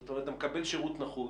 זאת אומרת אתה מקבל שירות נחות,